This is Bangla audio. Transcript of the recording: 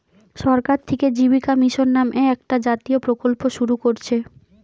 সরকার থিকে জীবিকা মিশন নামে একটা জাতীয় প্রকল্প শুরু কোরছে